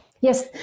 Yes